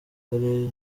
karere